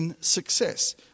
success